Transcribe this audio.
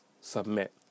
submit